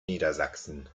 niedersachsen